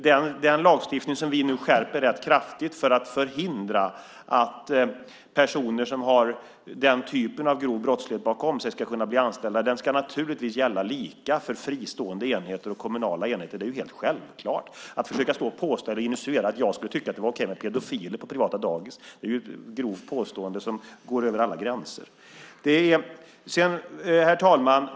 Den lagstiftning som vi nu skärper rätt kraftigt för att förhindra att personer som har den typen av grov brottslighet bakom sig ska kunna bli anställda ska naturligtvis gälla lika för fristående enheter och kommunala enheter. Det är helt självklart. Att försöka insinuera att jag skulle tycka att det är okej med pedofiler på privata dagis är så grovt att det går över alla gränser. Herr talman!